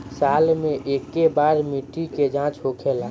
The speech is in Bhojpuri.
साल मे केए बार मिट्टी के जाँच होखेला?